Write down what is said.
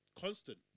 Constant